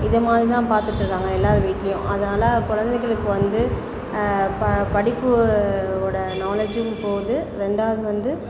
இது மாதிரி தான் பார்த்துட்டு இருக்காங்க எல்லோர் வீட்லேயும் அதனால் குழந்தைகளுக்கு வந்து படிப்பு ஓட நாலேஜும் போகுது ரெண்டாவது வந்து